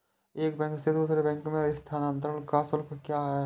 एक बैंक से दूसरे बैंक में स्थानांतरण का शुल्क क्या है?